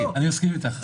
אני מסכים איתך.